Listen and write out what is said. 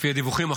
לפי הדיווחים,